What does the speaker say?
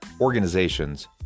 organizations